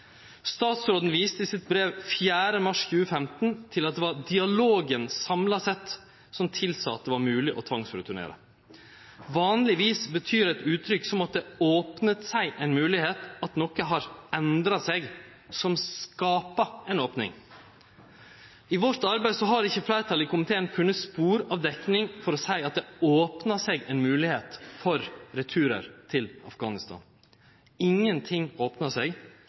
Statsråden viste i sitt brev 4. mars 2015 til at det var «dialogen samlet sett» som tilsa at det var mogleg å tvangsreturnere. Vanlegvis betyr eit uttrykk som at «det åpnet seg en mulighet» at noko har endra seg som skaper ei opning. I vårt arbeid har ikkje fleirtalet i komiteen funne spor av dekning for å seie at det opna seg ei moglegheit for returar til Afghanistan. Ingenting opna seg.